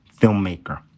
filmmaker